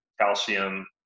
calcium